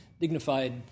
dignified